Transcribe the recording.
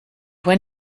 when